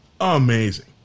amazing